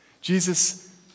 Jesus